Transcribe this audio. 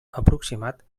aproximat